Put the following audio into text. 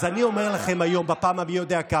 אז אני אומר לכם היום בפעם המי-יודע-כמה,